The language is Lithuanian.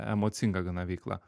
emocinga gana veikla